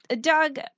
Doug